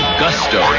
gusto